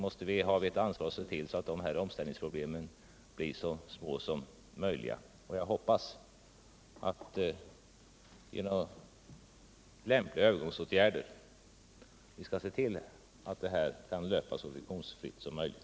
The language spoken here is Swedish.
Jag hoppas att vi genom lämpliga övergångsåtgärder skall kunna se till att omställningen löper så friktionsfritt som möjligt.